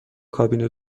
کابین